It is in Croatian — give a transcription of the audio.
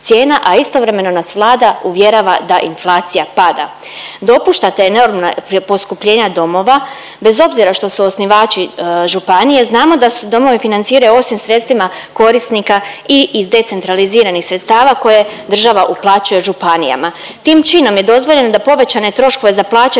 cijena, a istovremeno nas Vlada uvjerava da inflacija pada. Dopuštate enormna poskupljenja domova bez obzira što su osnivači županije, znamo da se domovi financiraju osim sredstvima korisnika i iz decentraliziranih sredstava koje država uplaćuje županijama. Tim činom je dozvoljeno da povećane troškove za plaće